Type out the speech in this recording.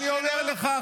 אני אומר לך,